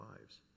lives